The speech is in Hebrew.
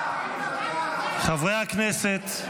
חברי הכנסת,